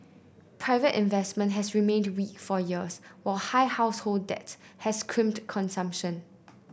private investment has remained weak for years while high household debt has crimped consumption